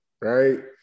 right